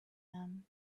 them